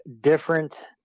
different